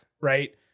right